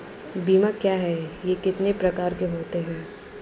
बीमा क्या है यह कितने प्रकार के होते हैं?